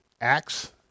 Acts